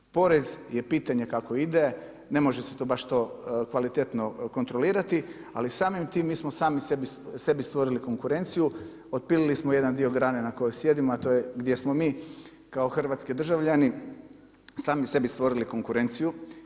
Porez je pitanje kako ide, ne može se baš to kvalitetno kontrolirati, ali samim tim mi smo sami sebi stvorili konkurenciju, otpili smo jedan dio grane na kojoj sjedimo, a to je gdje smo mi kao hrvatski državljani sami sebi stvorili konkurenciju.